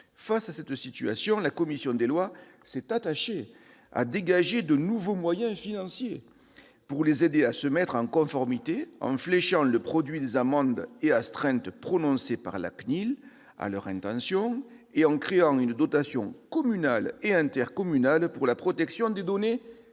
Face à cette situation, la commission des lois s'est attachée à dégager de nouveaux moyens financiers pour les aider à se mettre en conformité avec les nouvelles dispositions, en fléchant le produit des amendes et astreintes prononcées par la CNIL à leur intention et en créant une dotation communale et intercommunale pour la protection des données personnelles.